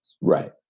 right